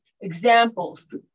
examples